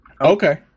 Okay